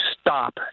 stop